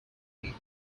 gandhi